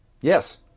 Yes